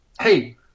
Hey